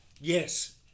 yes